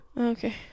okay